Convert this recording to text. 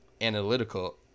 analytical